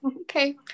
Okay